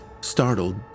Startled